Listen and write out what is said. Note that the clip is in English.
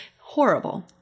Horrible